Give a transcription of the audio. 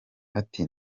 ati